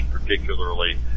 particularly